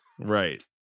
right